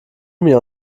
mir